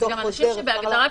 אני חושבת שבהגדרה,